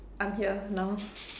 I'm here now